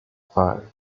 five